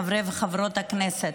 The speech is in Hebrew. חברי וחברות הכנסת,